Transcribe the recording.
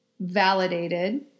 validated